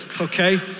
Okay